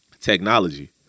technology